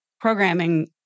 programming